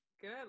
Good